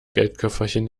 geldköfferchen